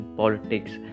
politics